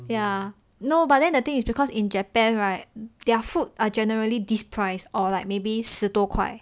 ya no but then the thing is because in japan right their food are generally this price or like maybe 十多块